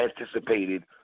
anticipated